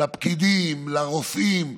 לפקידים, לרופאים: